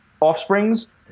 offsprings